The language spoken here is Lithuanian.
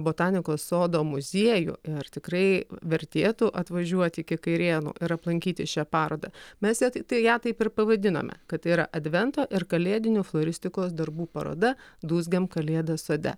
botanikos sodo muziejų ir tikrai vertėtų atvažiuoti iki kairėnų ir aplankyti šią parodą mes ją tai ją taip ir pavadinome kad tai yra advento ir kalėdinių floristikos darbų paroda dūzgiam kalėdas sode